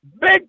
Big